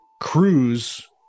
cruise